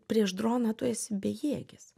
prieš droną tu esi bejėgis